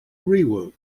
rework